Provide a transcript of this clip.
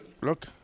Look